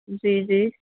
जी जी जी